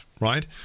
right